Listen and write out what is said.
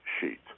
sheet